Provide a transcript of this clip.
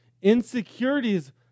insecurities